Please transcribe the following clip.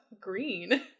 green